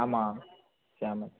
ஆமாம் சே ஆமாம்